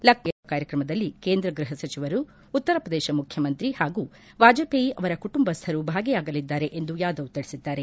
ಲಖನೌನಲ್ಲಿ ನಡೆಯಲಿರುವ ಕಾರ್ಯಕ್ರಮದಲ್ಲಿ ಕೇಂದ್ರ ಗೃಪ ಸಚಿವರು ಉತ್ತರಪ್ರದೇಶ ಮುಖ್ಯಮಂತ್ರಿ ಪಾಗೂ ವಾಜಪೇಯಿ ಅವರ ಕುಟುಂಬಸ್ವರು ಭಾಗಿಯಾಗಲಿದ್ದಾರೆ ಎಂದು ಯಾದವ್ ತಿಳಿಸಿದ್ದಾರೆ